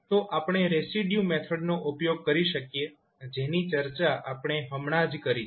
તો આપણે રેસિડયુ મેથડનો ઉપયોગ કરી શકીએ જેની ચર્ચા આપણે હમણાં જ કરી છે